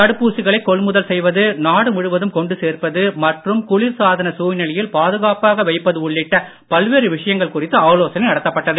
தடுப்பூசிகளை கொள்முதல் செய்வது நாடு முழுவதும் கொண்டு சேர்ப்பது மற்றும் குளிர் சாதன சூழ்நிலையில் பாதுகாப்பாக வைப்பது உள்ளிட்ட பல்வேறு விஷயங்கள் குறித்து ஆலோசனை நடத்தப்பட்டது